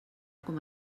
com